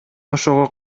ошого